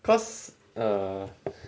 cause err